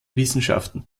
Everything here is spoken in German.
wissenschaften